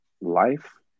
life